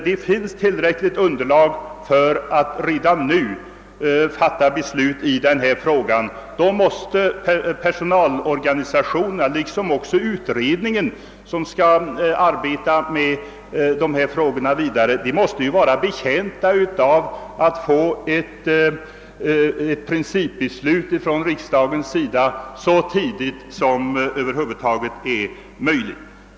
Det finns tillräckligt underlag för att redan nu fatta beslut i frågan, och då måste personalorganisationerna, liksom också utredningen som skall arbeta vidare med dessa frågor, vara betjänta av att få ett principbeslut av riksdagen så tidigt som över huvud taget är möjligt.